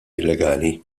illegali